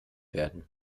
werden